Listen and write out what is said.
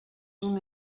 una